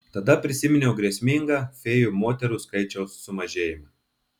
tada prisiminiau grėsmingą fėjų moterų skaičiaus sumažėjimą